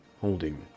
Holding